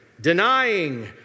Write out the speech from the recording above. denying